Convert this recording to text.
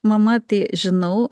mama tai žinau